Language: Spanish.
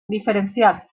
diferencial